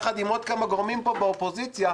יחד עם כמה גורמים פה באופוזיציה,